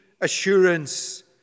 assurance